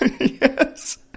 Yes